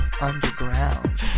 underground